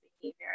behavior